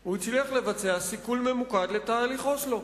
הוא הצליח לבצע סיכול ממוקד לתהליך אוסלו.